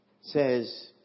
says